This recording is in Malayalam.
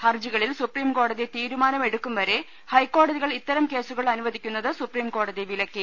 ഹർജികളിൽ സുപ്രീംകോടതി തീരുമാനമെടുക്കുംവരെ ഹൈക്കോടതികൾ ഇത്തരം കേസുകൾ അനുവദിക്കുന്നത് സുപ്രീംകോടതി വിലക്കി